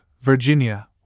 Virginia